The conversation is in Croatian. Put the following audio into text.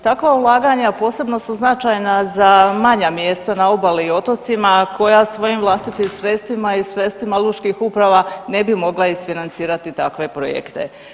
Takva ulaganja posebno su značajna za manja mjesta na obali i otocima koja svojim vlastitim sredstvima i sredstvima lučkih uprava ne bi mogla isfinancirati takve projekte.